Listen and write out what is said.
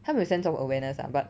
他没有 sense of awareness ah but